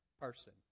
person